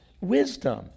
wisdom